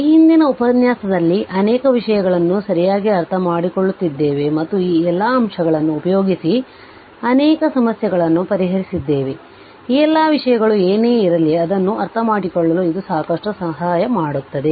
ಈ ಹಿಂದಿನ ಉಪನ್ಯಾಸದಲ್ಲಿ ಅನೇಕ ವಿಷಯಗಳನ್ನು ಸರಿಯಾಗಿ ಅರ್ಥಮಾಡಿಕೊಳ್ಳುತ್ತಿದ್ದೇವೆ ಮತ್ತು ಈ ಎಲ್ಲ ಅಂಶಗಳನ್ನು ಉಪಯೋಗಿಸಿ ಅನೇಕ ಸಮಸ್ಯೆಗಳನ್ನು ಪರಿಹರಿಸುತ್ತಿದ್ದೇನೆ ಈ ಎಲ್ಲ ವಿಷಯಗಳು ಏನೇ ಇರಲಿ ಅದನ್ನು ಅರ್ಥಮಾಡಿಕೊಳ್ಳಲು ಇದು ಸಾಕಷ್ಟು ಸಹಾಯ ಮಾಡುತ್ತದೆ